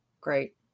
Great